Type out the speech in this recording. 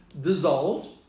dissolved